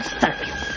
service